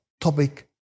topic